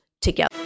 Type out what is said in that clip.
together